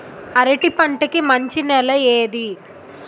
అరటి పంట కి మంచి నెల ఏది?